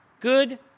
good